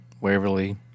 waverly